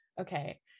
Okay